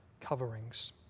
coverings